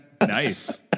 Nice